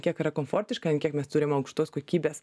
kiek yra komfortiška ant kiek mes turim aukštos kokybės